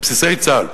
בסיסי צה"ל.